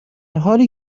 حالی